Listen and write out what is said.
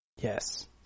Yes